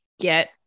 get